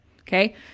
okay